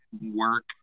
work